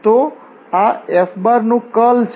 તો આ F નું કર્લ છે